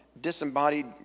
disembodied